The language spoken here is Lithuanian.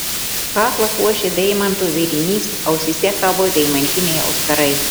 kaklą puošia deimantų vėrinys ausyse kabo deimantiniai auskarai